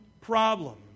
problem